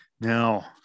Now